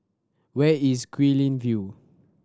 where is Guilin View